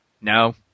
No